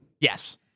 Yes